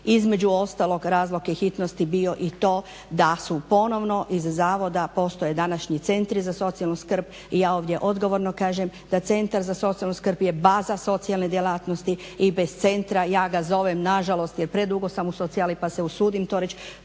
između ostalog razlog hitnosti bio i to da su ponovno iz zavoda postoje današnji centri za socijalnu skrb. I ja ovdje odgovorno kažem da centar za socijalnu skrb je baza socijalne djelatnosti i bez centra ja ga zovem nažalost jer predugo sam u socijali pa se usudim to reći